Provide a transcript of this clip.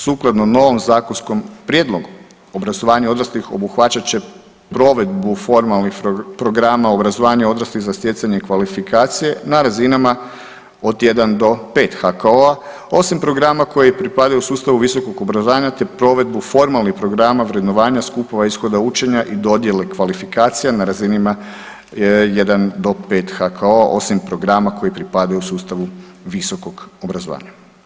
Sukladno novom zakonskom prijedlogu obrazovanje odraslih obuhvaćat će provedbu formalnih programa obrazovanja odraslih za stjecanje kvalifikacije na razinama od 1 do 5 HKO-a osim programa koji pripadaju sustavu visokog obrazovanja te provedbu formalnih programa vrednovanja skupova ishoda učenja i dodjele kvalifikacija na razinama 1 do 5 HKO-a osim programa koji pripadaju sustavu visokog obrazovanja.